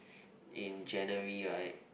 in January right